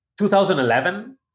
2011